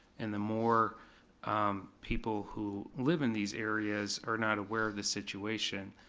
and the more people who live in these areas are not aware of the situation,